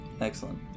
Excellent